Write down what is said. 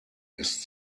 ist